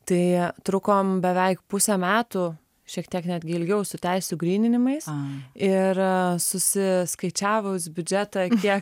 tai trukom beveik pusę metų šiek tiek netgi ilgiau su teisių gryninimais ir susiskaičiavus biudžetą kiek